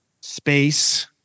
space